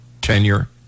tenure